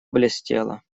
блестело